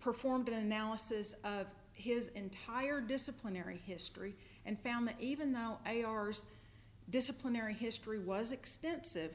performed an analysis of his entire disciplinary history and found that even though a r s disciplinary history was extensive